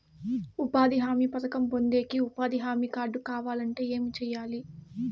ఉపాధి హామీ పథకం పొందేకి ఉపాధి హామీ కార్డు కావాలంటే ఏమి సెయ్యాలి?